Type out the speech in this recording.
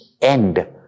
end